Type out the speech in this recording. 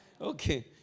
Okay